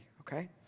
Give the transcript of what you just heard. okay